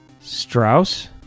Strauss